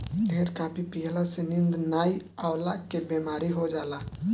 ढेर काफी पियला से नींद नाइ अवला के बेमारी हो जाला